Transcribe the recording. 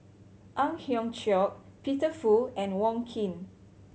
Ang Hiong Chiok Peter Fu and Wong Keen